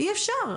אי אפשר.